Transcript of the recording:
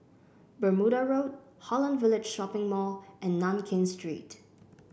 Bermuda Road Holland Village Shopping Mall and Nankin Street